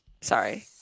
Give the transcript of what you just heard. sorry